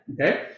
okay